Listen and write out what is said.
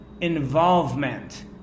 involvement